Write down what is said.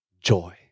joy